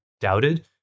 doubted